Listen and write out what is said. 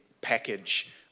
package